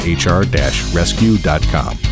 hr-rescue.com